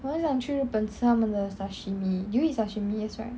我很想去日本吃他们的 sashimi do you eat sashimi yes right